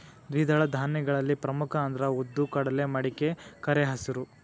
ದ್ವಿದಳ ಧಾನ್ಯಗಳಲ್ಲಿ ಪ್ರಮುಖ ಅಂದ್ರ ಉದ್ದು, ಕಡಲೆ, ಮಡಿಕೆ, ಕರೆಹೆಸರು